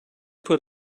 put